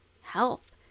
health